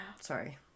Sorry